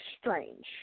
strange